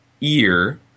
ear